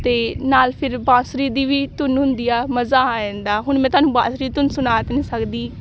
ਅਤੇ ਨਾਲ ਫਿਰ ਬਾਂਸਰੀ ਦੀ ਵੀ ਧੁਨ ਹੁੰਦੀ ਆ ਮਜ਼ਾ ਆ ਜਾਂਦਾ ਹੁਣ ਮੈਂ ਤੁਹਾਨੂੰ ਬਾਂਸਰੀ ਦੀ ਧੁਨ ਸੁਣਾ ਤਾਂ ਨਹੀਂ ਸਕਦੀ